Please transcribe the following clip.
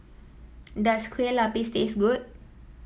does Kueh Lapis taste good